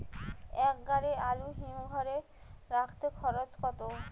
এক গাড়ি আলু হিমঘরে রাখতে খরচ কত?